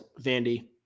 Vandy